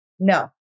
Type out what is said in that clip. No